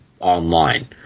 Online